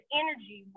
energy